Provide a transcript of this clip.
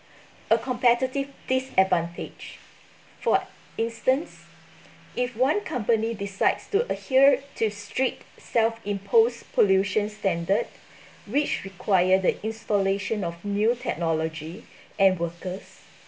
a competitive disadvantage for instance if one company decides to adhere to strict self imposed pollution standard which require the installation of new technology and workers